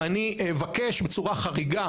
ואני אבקש בצורה חריגה,